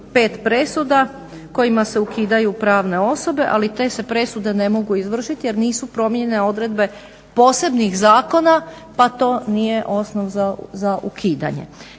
5 presuda kojima se ukidaju pravne osobe ali te se presude ne mogu izvršiti jer nisu promijenjene odredbe posebnih zakona pa to nije osnov za ukidanje.